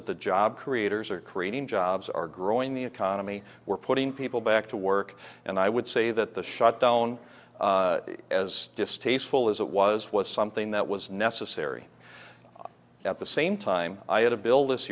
that the job creators are creating jobs are growing the economy we're putting people back to work and i would say that the shutdown as distasteful as it was was something that was necessary at the same time i had a bill this